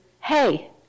Hey